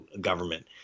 government